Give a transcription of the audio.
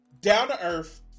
Down-to-earth